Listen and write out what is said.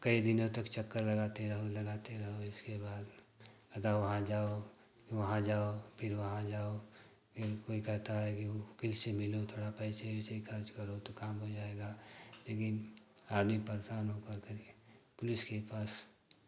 कई दिनों तक चक्कर लगाते रहो लगाते रहो इसके बाद कहता है वहाँ जाओ वहाँ जाओ फिर वहाँ जाओ फिर कोई कहता है कि पेसे मिलो थोड़े पैसे वैसे ख़र्च करो तो काम हो जाएगा लेकिन आदमी परेशान हो कर के पुलिस के पास